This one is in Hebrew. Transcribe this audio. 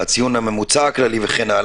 הציון הממוצע הכללי וכן הלאה.